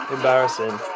Embarrassing